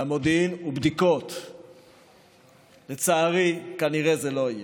והמודיעין ובדיקות, לצערי, כנראה זה לא יהיה.